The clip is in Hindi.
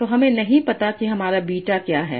तोहमें नहीं पता कि हमारा बीटा क्या है